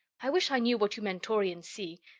i wish i knew what you mentorians see!